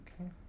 Okay